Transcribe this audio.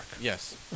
Yes